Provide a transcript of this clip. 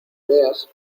veas